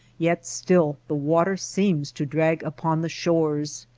yet still the water seems to drag upon the shores.